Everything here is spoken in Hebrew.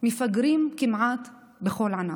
מפגרים כמעט בכל ענף.